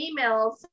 emails